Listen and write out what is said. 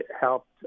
helped